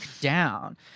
down